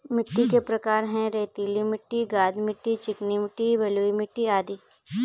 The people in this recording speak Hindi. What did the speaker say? मिट्टी के प्रकार हैं, रेतीली मिट्टी, गाद मिट्टी, चिकनी मिट्टी, बलुई मिट्टी अदि